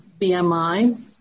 BMI